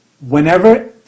whenever